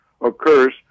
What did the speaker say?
occurs